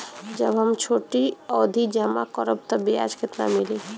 जब हम छोटी अवधि जमा करम त ब्याज केतना मिली?